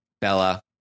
Bella